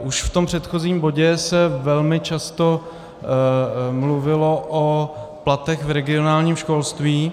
Už v tom předchozím bodě se velmi často mluvilo o platech v regionálním školství.